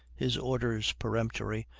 his orders peremptory,